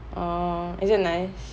orh is it nice